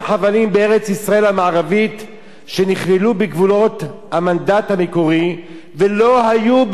שנכללו בגבולות המנדט המקורי ולא היו בריבונות של מדינה אחרת,